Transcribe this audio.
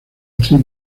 actriz